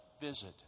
visit